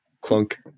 clunk